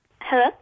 Hello